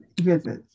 visits